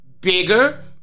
bigger